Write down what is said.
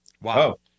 Wow